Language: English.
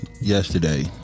Yesterday